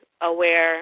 aware